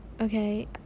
okay